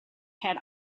had